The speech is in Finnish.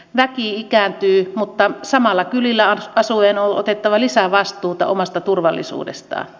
väki ikääntyy mutta samalla kylillä asuvien on otettava lisää vastuuta omasta turvallisuudestaan